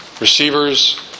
Receivers